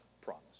promise